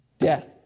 death